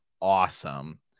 awesome